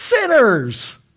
sinners